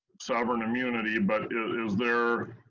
sovereign immunity, but is there